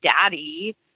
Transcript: daddy